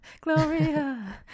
Gloria